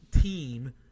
team